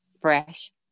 fresh